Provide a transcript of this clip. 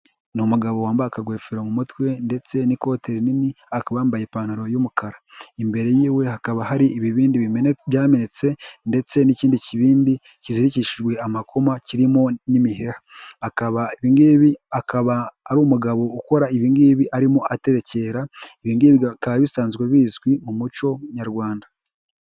Ni umugabo wambaye akagofero mu mutwe ndetse n'ikote rinini, akaba yambaye ipantaro y'umukara, imbere y'iwe hakaba hari ibibindi byamenetse ndetse n'ikindi kibindi kizirikishijwe amakoma kirimo n'imiheha, akaba ibi ngibi akaba ari umugabo ukora ibi ngibi arimo aterekera, ibi ngibi bikaba bisanzwe bizwi mu muco nyarwanda.